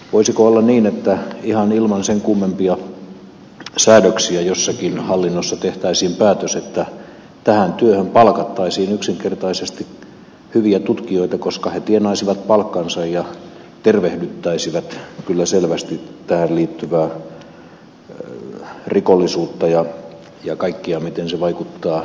voisiko olla niin että ihan ilman sen kummempia säädöksiä jossakin hallinnossa tehtäisiin päätös että tähän työhön palkattaisiin yksinkertaisesti hyviä tutkijoita koska he tienaisivat palkkansa ja tervehdyttäisivät kyllä selvästi tähän liittyvää rikollisuutta ja kaikkiaan sitä miten se vaikuttaa yhteiskuntamoraaliin